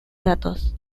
datos